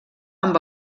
amb